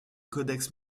codex